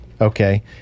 Okay